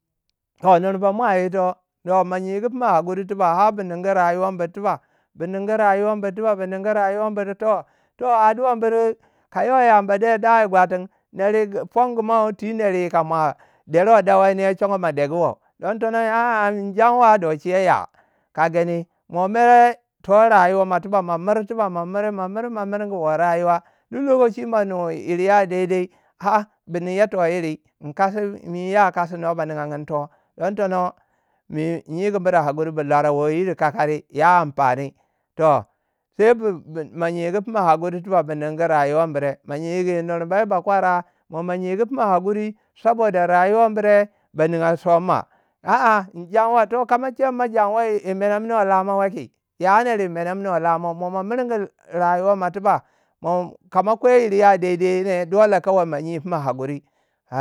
Toh nurumba ma ito. Toh ma nyegu fina hakuri tiba. ha bu ningu rayuwa bur tiba bu ningu rayuwa bur tiba bu ningu rayuwa bur tiba. Toh addua buri. ka yo ko ya yamba de dawu gwatin. neri yi pongumau, ti ner yika mua deruwei dawainiya chongo ma degu wo. Don tono ya a- a yin jamwa do cheu ya. ka gani mo mere to rayuwa ma tiba, ma miri tiba mamiri ma miri ma mirgu wo rayuwa. Duk lokaci pima nui yiri ya daidai. ha bu ninya to yiri in kasi. miu ya kasi no ban ningamun to. Don tono. mei in yigu bur hakuri wo yiri kikari, ya amfani. Toh sai bu- bu mo ma nyegu pima hakuri tiba bu ningu rayuwa burei nuramba yiba kwara ma ma nyegu puma ma nyigu pima hakuri tiba. bu ningu rayuwa birei. mo nyigu pima hakuri nurbamei yi bakwara mo ma nyigu pima hakuri. saboda rayuwa bure ba ninga sonmmo. A- a in janwa, toh ka ma che min mo ma janwa wa menemna we lamau wei ki? ya ner wumeneminwai lamau mo ma miringi rayuwa mo tiba mo kama kwai iri ya daidai ne. dole kawai ma nyiwi pima hakuri.